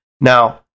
Now